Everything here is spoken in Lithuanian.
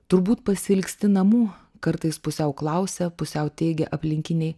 turbūt pasiilgsti namų kartais pusiau klausė pusiau teigė aplinkiniai